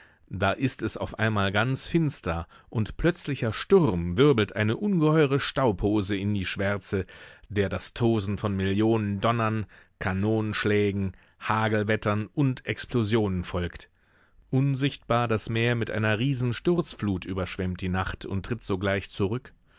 da ist es auf einmal ganz finster und plötzlicher sturm wirbelt eine ungeheure staubhose in die schwärze der das tosen von millionen donnern kanonenschlägen hagelwettern und explosionen folgt unsichtbar das meer mit einer riesensturzflut überschwemmt die nacht und tritt sogleich zurück